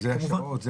אלה השעות?